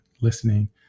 listening